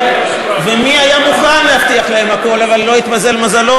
ומי היה מוכן להבטיח להם הכול אבל לא התמזל מזלו